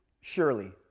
Surely